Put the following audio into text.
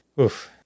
oof